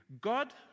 God